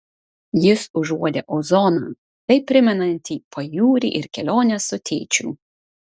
jis užuodė ozoną taip primenantį pajūrį ir keliones su tėčiu